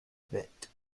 bit